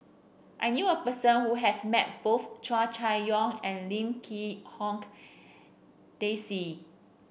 I knew a person who has met both Hua Chai Yong and Lim Quee Hong Daisy